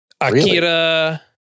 Akira